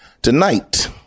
Tonight